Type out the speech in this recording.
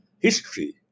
history